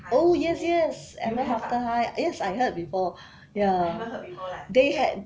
oh yes yes Ever After High yes I heard before ya they had